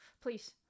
Please